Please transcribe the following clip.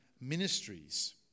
ministries